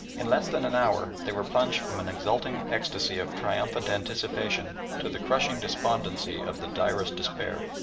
in less than an hour they were plunged from an exulting ecstasy of triumphant anticipation to the crushing despondency of the direst despair.